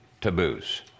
taboos